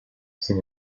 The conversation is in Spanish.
sin